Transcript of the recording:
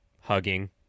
hugging